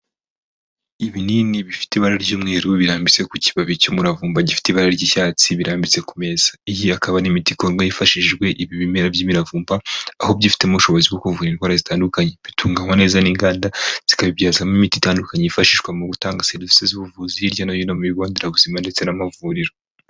Ibinini bifite ibara ry'umweru birambitse ku kibabi cy'umuravumba gifite ibara ry'icyatsi birambitse ku meza ,iyi akaba ari imiti ikorwango hifashishijwe ibimera by'imiravumba aho byifitemo ubushobozi bwo kuvura indwara zitandukanye bitunganywa neza n'inganda zikabibyazamo imiti itandukanye yifashishwa mu gutanga serivisi z'ubuvuzi hirya no hino mu bigo nderabuzima ndetse n'amavuriro.